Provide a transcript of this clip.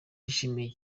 yishimiye